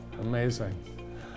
Amazing